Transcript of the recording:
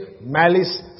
malice